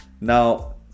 Now